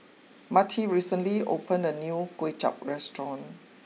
Marty recently opened a new Kuay Chap restaurant